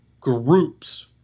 groups